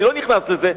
אני לא נכנס לזה,